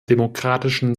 demokratischen